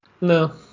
No